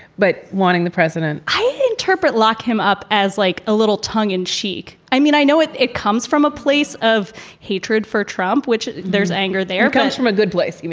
but wanting the president i interpret lock him up as like a little tongue in cheek. i mean, i know it it comes from a place of hatred for trump, which there's anger, there comes from a good place,